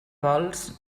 vols